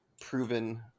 proven